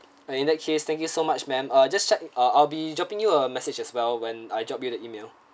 uh in that case thank you so much ma'am ah just check uh I'll be dropping you a message as well when I drop you the email